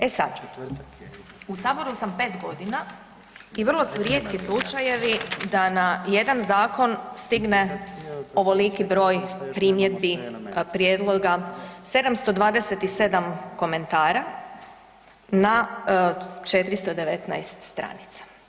E sad, u Saboru sam 5 godina i vrlo su rijetki slučajevi da na jedan zakon stigne ovoliki broj primjedbi, prijedloga, 727 komentara na 419 stranica.